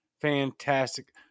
Fantastic